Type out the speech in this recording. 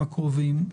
הירוק,